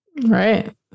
Right